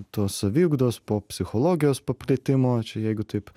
tos saviugdos pop psichologijos paplitimo čia jeigu taip